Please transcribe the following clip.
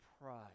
pride